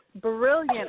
brilliant